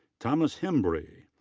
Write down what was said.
thomas hembree.